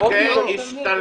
אתם